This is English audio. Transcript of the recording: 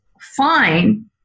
fine